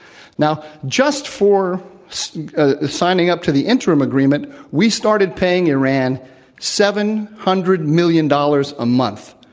now, just for signing up to the interim agreement, we started paying iran seven hundred million dollars a month.